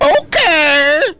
Okay